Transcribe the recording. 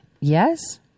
Yes